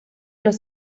los